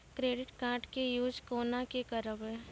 Credit card के use कोना के करबऽ?